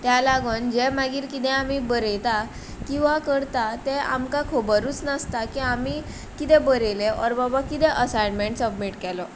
त्या लागोन जें मागीर कितें आमी बरयतात किंवां करता तें आमकां खबरूच नासता की आमी कितें बरयलें ओर बाबा कितें असायनमेंट सबमीट केलो